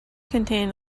contain